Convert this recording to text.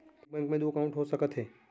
एक बैंक में दू एकाउंट हो सकत हे?